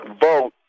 vote